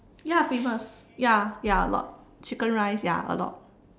ya famous ya ya a lot chicken rice ya a lot